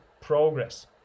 progress